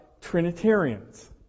Trinitarians